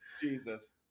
Jesus